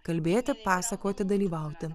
kalbėti pasakoti dalyvauti